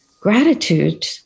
gratitude